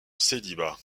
célibat